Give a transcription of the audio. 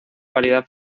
variedad